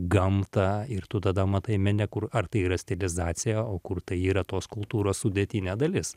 gamtą ir tu tada matai mene kur ar tai yra stilizacija o kur tai yra tos kultūros sudėtinė dalis